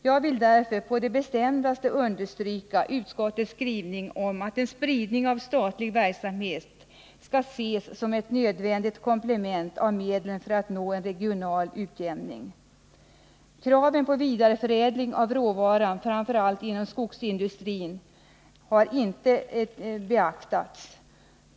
Jag vill därför på det bestämdaste understryka att utskottets skrivning om att en spridning av statlig verksamhet skall ses som ett nödvändigt komplement till medlen för att nå en regional utjämning. Kraven på vidareförädling av råvaran framför allt inom skogsindustrin har inte beaktats.